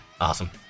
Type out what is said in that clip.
Awesome